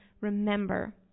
remember